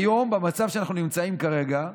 היום, במצב שאנחנו נמצאים בו כרגע,